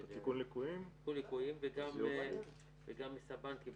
כמו שהיא מצטיירת גם מהתשובות שקיבלנו מקופות החולים וגם ממשרד הבריאות,